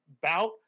bout